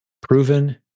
Proven